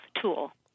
tool